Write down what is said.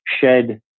shed